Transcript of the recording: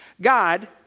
God